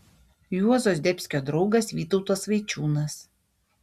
juozo zdebskio draugas vytautas vaičiūnas